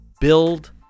build